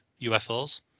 UFOs